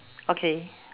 okay